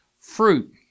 Fruit